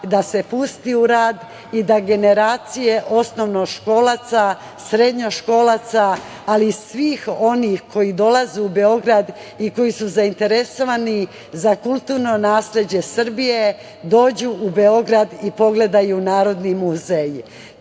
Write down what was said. da se pusti u rad i da generacije osnovnoškolaca, srednjoškolaca, ali i svih onih koji dolaze u Beograd i koji su zainteresovani za kulturno nasleđe Srbije dođu u Beograd i pogledaju Narodni muzej.